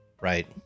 Right